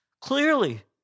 clearly